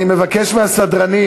אני מבקש מהסדרנים,